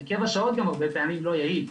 הרכב השעות גם הרבה פעמים לא יעיל,